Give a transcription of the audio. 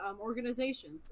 organizations